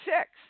six